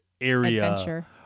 area